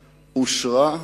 אושרה,